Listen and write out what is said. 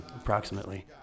approximately